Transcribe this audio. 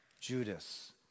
Judas